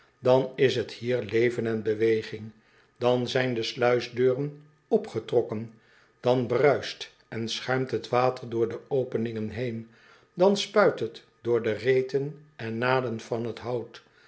dan is het hier leven en beweging an zijn de sluisdeuren opgetrokken an bruist en schuimt het water door de openingen heen dan spuit het door de reten en naden van het hout